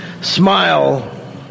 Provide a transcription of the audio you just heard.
smile